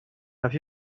have